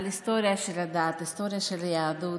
על היסטוריה של הדת, היסטוריה של היהדות,